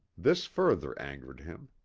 this further angered him.